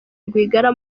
rwigara